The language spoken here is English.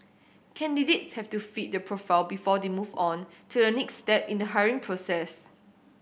candidates have to fit the profile before they move on to the next step in the hiring process